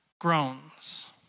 groans